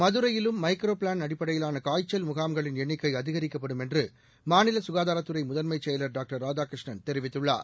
மதுரையிலும் micro plan அடிப்படையிலான காய்ச்சல் முகாம்களின் எண்ணிக்கை அதிகரிக்கப்படும் என்று மாநில சுகாதாரத்துறை முதன்மைச் செயலர் டாக்டர் ராதாகிருஷ்ணன் தெரிவித்துள்ளார்